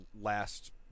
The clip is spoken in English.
last